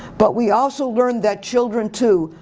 but we also learn that children too,